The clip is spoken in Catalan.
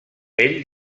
ell